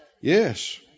Yes